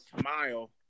smile